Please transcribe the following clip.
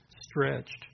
stretched